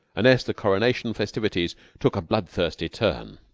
unless the coronation festivities took a bloodthirsty turn.